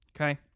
Okay